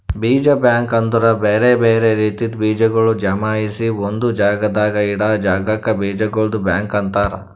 ಬೀಜ ಬ್ಯಾಂಕ್ ಅಂದುರ್ ಬ್ಯಾರೆ ಬ್ಯಾರೆ ರೀತಿದ್ ಬೀಜಗೊಳ್ ಜಮಾಯಿಸಿ ಒಂದು ಜಾಗದಾಗ್ ಇಡಾ ಜಾಗಕ್ ಬೀಜಗೊಳ್ದು ಬ್ಯಾಂಕ್ ಅಂತರ್